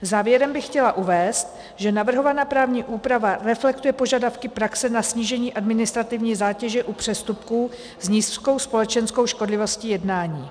Závěrem bych chtěla uvést, že navrhovaná právní úprava reflektuje požadavky praxe na snížení administrativní zátěže u přestupků s nízkou společenskou škodlivostí jednání.